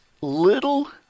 little